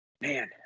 Man